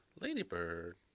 Ladybird